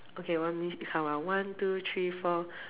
okay want me count ah one two three four